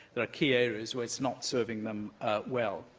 there are key areas where it's not serving them well.